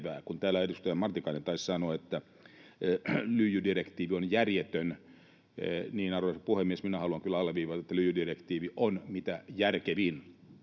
Kun täällä edustaja Marttinen taisi sanoa, että lyijydirektiivi on järjetön, niin, arvoisa puhemies, minä haluan kyllä alleviivata, että lyijydirektiivi on mitä järkevin.